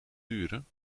duren